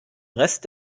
rest